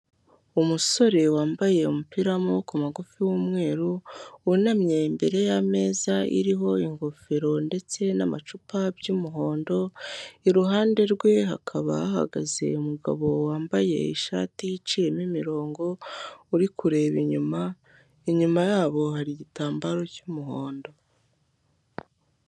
Umusore wambaye umupira w'amaboko magufi w'umweru, wunamye imbere y'ameza ateretseho iriho ingofero ndetse n'amacupa by'umuhondo, iruhande rwe hakaba hahagaze umugabo wambaye ishati iciyemo imirongo uri kureba inyuma, inyuma yabo hari igitambaro cy'umuhondo.